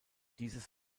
dieses